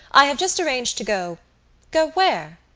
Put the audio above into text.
i have just arranged to go go where?